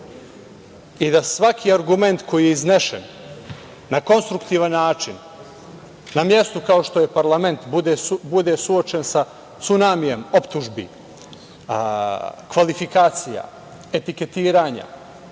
i da svaki argument koji je iznesen na konstruktivni način na mestu kao što je parlament bude suočen sa cunamijem optužbi, kvalifikacija, etiketiranja